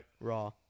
Raw